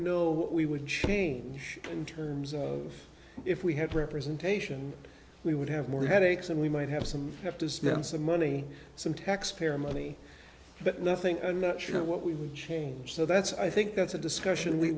know what we would change in terms of if we had representation we would have more headaches and we might have some have to spend some money some taxpayer money but nothing i'm not sure what we would change so that's i think that's a discussion we